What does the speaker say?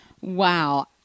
wow